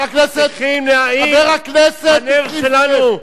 צריכים להאיר את הנר שלנו,